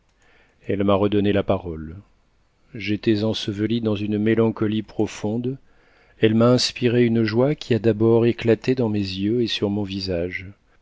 elle m'a redonné la parole j'étais enseveli dans une mélancolie profonde elle m'a inspiré une joie qui a d'abord éclaté dans mes yeux et sur mon visage